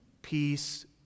Peace